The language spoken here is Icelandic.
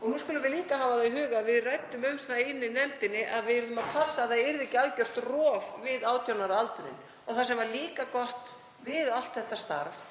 Nú skulum við líka hafa í huga að við ræddum um það í nefndinni að við yrðum að passa að það yrði ekki algjört rof við 18 ára aldur. Annað sem var gott við allt þetta starf